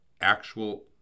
actual